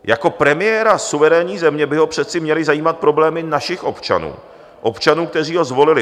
Jako premiéra suverénní země by ho přece měly zajímat problémy našich občanů, občanů, kteří ho zvolili.